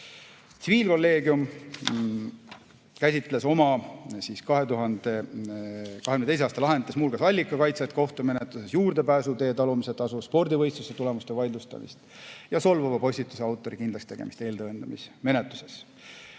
Tsiviilkolleegium käsitles oma 2022. aasta lahendites muu hulgas allikakaitset kohtumenetluses, juurdepääsutee talumise tasu, spordivõistluste tulemuste vaidlustamist ja solvava postituse autori kindlakstegemist eeltõendamismenetluses.